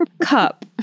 cup